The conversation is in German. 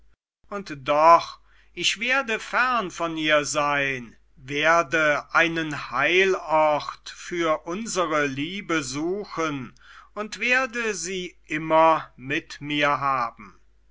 und doch ich werde fern von ihr sein werde einen heilort für unsere liebe suchen und werde sie immer mit mir haben